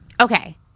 Okay